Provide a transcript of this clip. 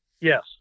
yes